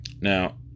Now